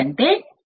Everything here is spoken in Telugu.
అంటేఏంటి